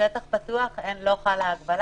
בשטח פתוח אין הגבלה.